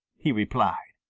he replied.